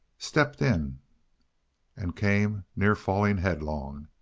stepped in and came near falling headlong.